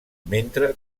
mentre